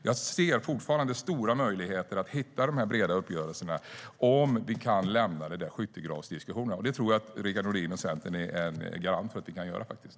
Jag ser fortfarande stora möjligheter att hitta de breda uppgörelserna, om vi kan lämna skyttegravsdiskussionerna, och det tror jag faktiskt att Rickard Nordin och Centern är garant för att vi kan göra.